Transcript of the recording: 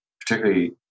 particularly